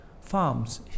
farms